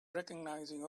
recognizing